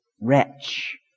wretch